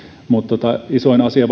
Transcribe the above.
mutta varmaan isoin asia